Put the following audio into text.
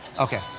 okay